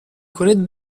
کنید